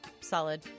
solid